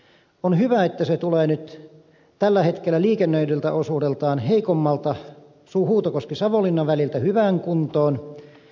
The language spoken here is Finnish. on hyvä että se tulee nyt tällä hetkellä liikennöidyltä osuudeltaan heikommalta huutokoskisavonlinna väliltä hyvään kuntoon